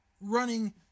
running